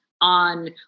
on